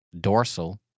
dorsal